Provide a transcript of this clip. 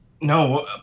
No